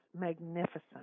magnificent